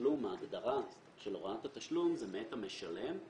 כשההגדרה של הוראת התשלום זה מאת המשלם,